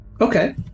okay